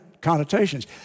connotations